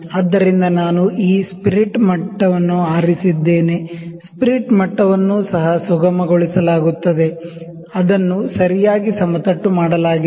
ಆದ್ದರಿಂದ ನಾನು ಈ ಸ್ಪಿರಿಟ್ ಮಟ್ಟವನ್ನು ಆರಿಸಿದ್ದೇನೆ ಸ್ಪಿರಿಟ್ ಮಟ್ಟವನ್ನು ಸಹ ಸುಗಮಗೊಳಿಸಲಾಗುತ್ತದೆ ಅದನ್ನು ಸರಿಯಾಗಿ ಸಮತಟ್ಟು ಮಾಡಲಾಗಿದೆ